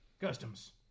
customs